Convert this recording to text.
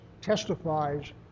testifies